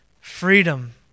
freedom